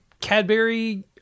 Cadbury